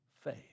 faith